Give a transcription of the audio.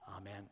amen